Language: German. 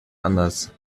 anders